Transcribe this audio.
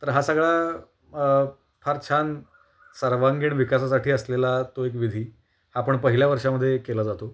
तर हा सगळा फार छान सर्वांगीण विकासासाठी असलेला तो एक विधी हा पण पहिल्या वर्षामध्ये केला जातो